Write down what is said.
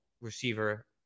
receiver